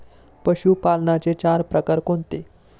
पशुपालनाचे चार प्रकार कोणते?